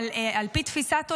אבל על פי תפיסת עולמי,